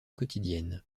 quotidienne